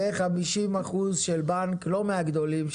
ו-50 אחוזים של בנק לא מהגדולים,